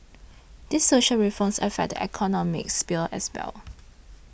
these social reforms affect the economic sphere as well